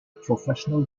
professional